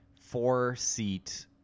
four-seat